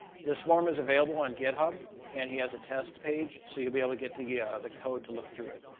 this form is available on github and he has a test page so you'll be able to get yeah the code to look through it.